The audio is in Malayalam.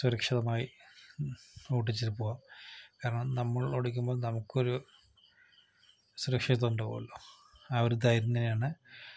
സുരക്ഷിതമായി ഓടിച്ചു പോവാം കാരണം നമ്മൾ ഓടിക്കുമ്പോൾ നമുക്കൊരു സുരക്ഷിതത്വം ഉണ്ടാകുമല്ലോ ആ ഒരു ധൈര്യം തന്നെയാണ്